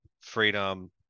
freedom